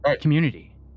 community